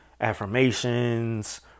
affirmations